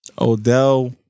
Odell